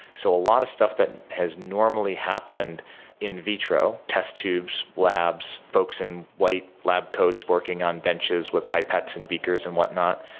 so a lot of stuff that has normally happened in vitro, test tubes, labs, folks in white lab coats working on benches with pipettes and beakers and whatnot,